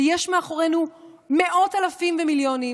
ויש מאחורינו מאות אלפים ומיליונים,